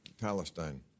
Palestine